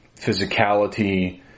physicality